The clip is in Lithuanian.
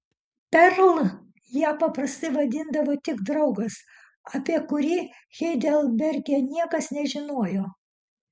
perl ją paprastai vadindavo tik draugas apie kurį heidelberge niekas nežinojo